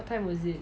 what time was it